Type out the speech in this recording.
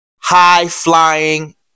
high-flying